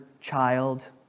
child